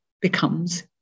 becomes